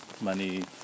money